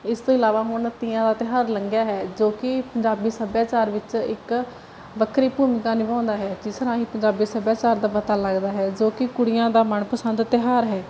ਇਸ ਤੋਂ ਇਲਾਵਾ ਹੁਣ ਤੀਆਂ ਦਾ ਤਿਉਹਾਰ ਲੰਘਿਆ ਹੈ ਜੋ ਕਿ ਪੰਜਾਬੀ ਸੱਭਿਆਚਾਰ ਵਿੱਚ ਇੱਕ ਵੱਖਰੀ ਭੂਮਿਕਾ ਨਿਭਾਉਂਦਾ ਹੈ ਜਿਸ ਰਾਹੀਂ ਪੰਜਾਬੀ ਸੱਭਿਆਚਾਰ ਦਾ ਪਤਾ ਲੱਗਦਾ ਹੈ ਜੋ ਕਿ ਕੁੜੀਆਂ ਦਾ ਮਨਪਸੰਦ ਤਿਉਹਾਰ ਹੈ